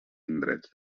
indrets